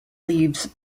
leaves